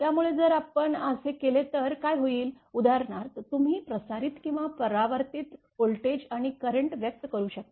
त्यामुळे जर आपण असे केले तर काय होईल उदाहरणार्थ तुम्ही प्रसारित किंवा परावर्तित व्होल्टेज आणि करंट व्यक्त करू शकता